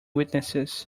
witnesses